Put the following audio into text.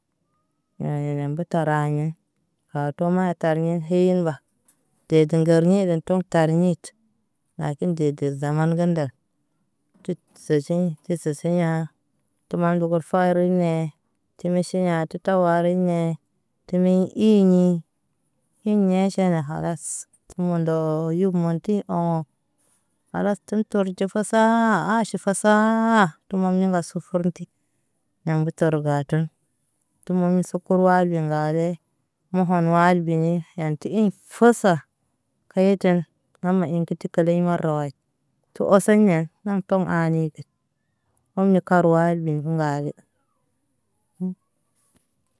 Ɲaa ɲɛɲɛ mbəta ra ɲɛ ha tɔ ma tar ɲɛ yeyel mba. Tɛdɛ ŋgar ɲɛ lon toŋ tar ɲit lakin degə zamaan gə n nda tut sesiŋ ki sesiŋ ɲaa. Tu maan go farin nɛ ti me siŋ ɲaa tu tawarin nɛ ti mɛɲ iɲi. Iɲɛ ʃala kalas tu mɔndɔ yub maan ki oo. Kalas tum tɔr ɟe fasaa haʃir fasaa tum mɔr ɲɛ ŋa sufur n ti. Ɲaa gə tɔr gato n tum mɔɲɛ sukur wa ɟ-aŋga le m uhon wal beɲɛ iɲal ti iɲ fusar. Kaye ɟan naman inti kə keley marway tu ɔsɛ ɲɛn nam tɔm aɲɛ ker. Ɔn nɛ kar wal be ɟ-aŋga le.